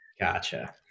Gotcha